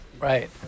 Right